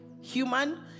human